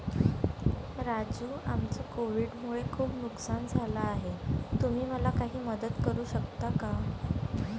राजू आमचं कोविड मुळे खूप नुकसान झालं आहे तुम्ही मला काही मदत करू शकता का?